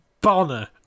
Bonner